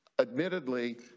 Admittedly